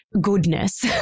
goodness